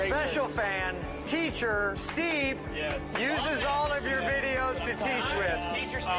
special fan. teacher. steve yeah uses all of your videos to teach with. teacher so